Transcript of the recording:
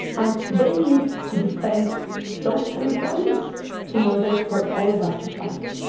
and they need to defend those territories in order for all of us to survive.